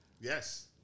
Yes